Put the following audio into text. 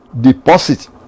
deposit